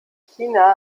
china